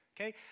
okay